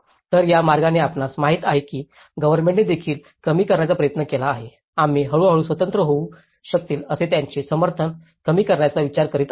तर त्या मार्गाने आपणास माहित आहे की गव्हर्नमेंटने देखील कमी करण्याचा प्रयत्न केला आहे आम्ही हळूहळू स्वतंत्र होऊ शकतील असे त्यांचे समर्थन कमी करण्याचा विचार करीत आहोत